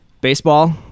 baseball